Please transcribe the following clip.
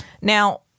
Now